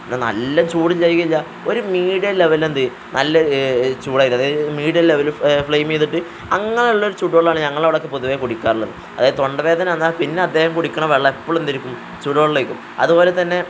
പിന്നെ നല്ല ചൂട് ഒരു മീഡിയം ലെവലെന്ത് നല്ല ചൂടായിട്ട് അതായത് ഒരു മീഡിയം ലെവല് ഫ്ലെയിം ചെയ്തിട്ട് അങ്ങനെയുള്ള ഒരു ചൂടുവെള്ളമാണ് ഞങ്ങളുടെ അവിടെയൊക്കെ പൊതുവേ കുടിക്കാറുള്ളത് അതായത് തൊണ്ടവേദന വന്നാൽപ്പിന്നെ അദ്ദേഹം കുടിക്കണ വെള്ളം എപ്പോഴും എന്തായിരിക്കും ചൂടുവെള്ളമായിരിക്കും അതുപോലെത്തന്നെ